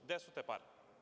Gde su te pare?